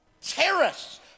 terrorists